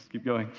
keep going,